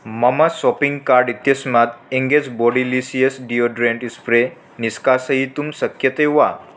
मम shopping cart इत्यस्मात् engage bodylicious deodorant spray निष्कासयितुं सक्यते वा